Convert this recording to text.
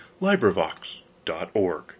LibriVox.org